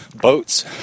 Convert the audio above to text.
boats